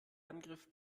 angriff